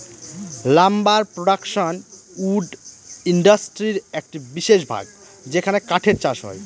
lumber production wood ইন্ডাস্ট্রির একটি বিশেষ ভাগ যেখানে কাঠের চাষ হয়